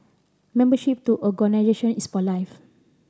membership to organisation is for life